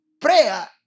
Prayer